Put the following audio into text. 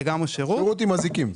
זה שירות, שירות עם אזיקים.